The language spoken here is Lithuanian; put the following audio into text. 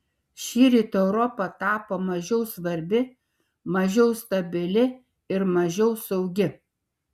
šįryt europa tapo mažiau svarbi mažiau stabili ir mažiau saugi